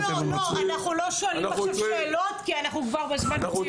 אנחנו לא שואלים עכשיו שאלות כי אנחנו חורגים בזמן.